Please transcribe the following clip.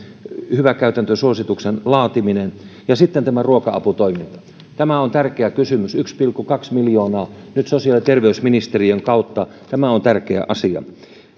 hyvä käytäntö suosituksen laatiminen ja sitten tämä ruoka aputoiminta tärkeä kysymys yksi pilkku kaksi miljoonaa nyt sosiaali ja terveysministeriön kautta tämä on tärkeä asia